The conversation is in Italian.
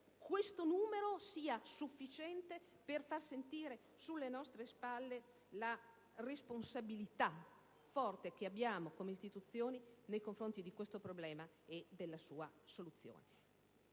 questo numero sia sufficiente per far sentire sulle nostre spalle la responsabilità forte che abbiamo come istituzioni nei confronti di questo problema e della sua soluzione.